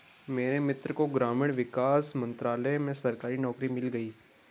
मेरे मित्र को ग्रामीण विकास मंत्रालय में सरकारी नौकरी मिल गई